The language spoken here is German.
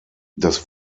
das